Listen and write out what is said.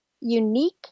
unique